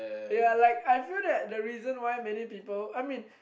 yea like I feel that the reason why many people I mean